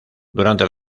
durante